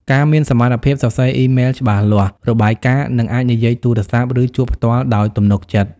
ការមានសមត្ថភាពសរសេរអ៊ីមែលច្បាស់លាស់ របាយការណ៍ និងអាចនិយាយទូរសព្ទ ឬជួបផ្ទាល់ដោយទំនុកចិត្ត។